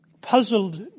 puzzled